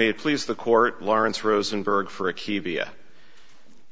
it please the court laurence rosenberg for a key via